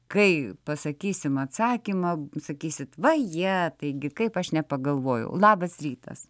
kai pasakysim atsakymą sakysit vaje taigi kaip aš nepagalvojau labas rytas